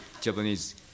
Japanese